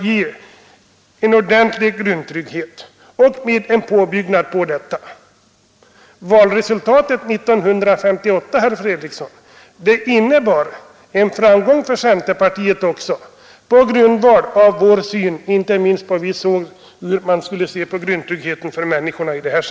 Valresultatet 1958 innebar också en framgång för centerpartiet på grundval inte minst av vår syn på hur frågan om grundtryggheten för människorna borde lösas.